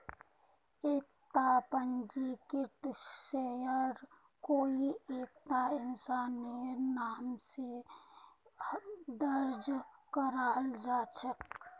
एकता पंजीकृत शेयर कोई एकता इंसानेर नाम स दर्ज कराल जा छेक